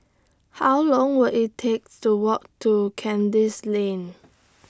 How Long Will IT takes to Walk to Kandis Lane